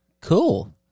Cool